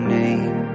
name